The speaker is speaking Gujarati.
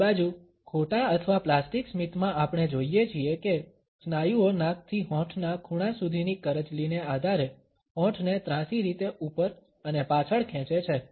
બીજી બાજુ ખોટા અથવા પ્લાસ્ટિક સ્મિતમાં આપણે જોઇએ છીએ કે સ્નાયુઓ નાક થી હોઠના ખૂણા સુધીની કરચલીને આધારે હોઠને ત્રાંસી રીતે ઉપર અને પાછળ ખેંચે છે